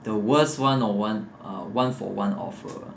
the worst one on one ah one for one offer uh